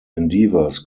endeavours